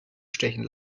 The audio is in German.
stechen